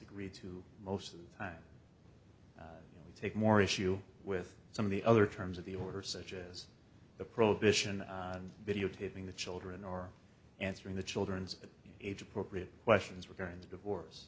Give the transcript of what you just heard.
agreed to most of the time we take more issue with some of the other terms of the order such as the prohibition on videotaping the children or answering the children's age appropriate questions regarding the divorce